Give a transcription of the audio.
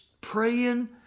praying